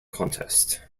contest